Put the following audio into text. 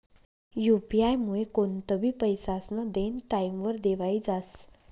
UP आयमुये कोणतंबी पैसास्नं देनं टाईमवर देवाई जास